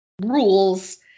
rules